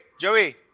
Joey